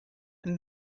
and